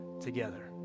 together